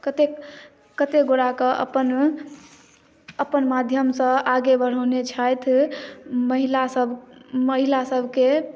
कतेक गोटे के अपन माध्यम सँ आगे बढ़ौने छथि महिला सबके